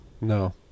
No